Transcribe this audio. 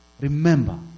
Remember